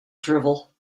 drivel